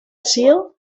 seal